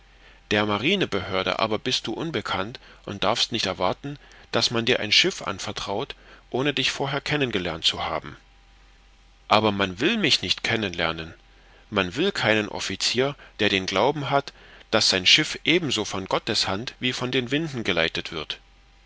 der marinebehörde aber bist du unbekannt und darfst nicht erwarten daß man dir ein schiff anvertraut ohne dich vorher kennen gelernt zu haben aber man will mich nicht kennen lernen man will keinen offizier der den glauben hat daß sein schiff ebenso von gottes hand wie von den winden geleitet wird